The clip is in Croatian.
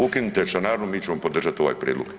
Ukinite članarinu, mi ćemo podržati ovaj prijedlog.